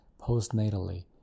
postnatally